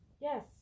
Yes